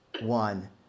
one